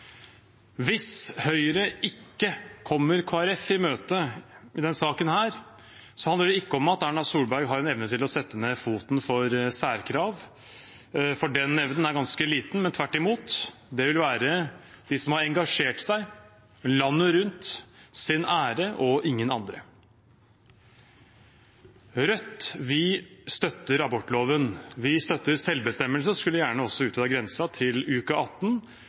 Hvis Høyre ikke kommer Kristelig Folkeparti i møte i denne saken, handler det ikke om at Erna Solberg har en evne til å sette ned foten for særkrav, for den evnen er ganske liten, men tvert imot vil det være de som har engasjert seg landet rundt, sin ære og ingen andres. Rødt støtter abortloven. Vi støtter selvbestemmelse og skulle gjerne også utvidet grensen til uke 18.